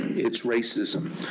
its racism.